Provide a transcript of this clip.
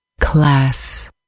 Class